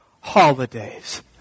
holidays